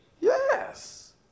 Yes